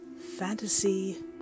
fantasy